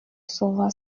sauva